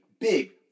big